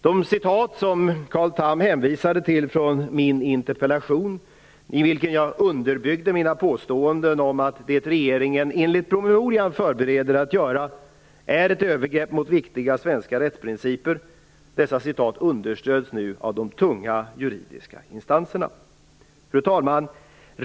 De citat som Carl Tham hänvisade till från min interpellation - i vilken jag underbyggde mina påståenden om att det som regeringen enligt promemorian förbereder att göra är ett övergrepp mot viktiga svenska rättsprinciper - understöds nu av de tunga juridiska instanserna. Fru talman!